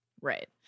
Right